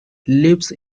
leaves